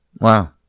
Wow